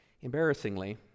Embarrassingly